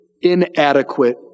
inadequate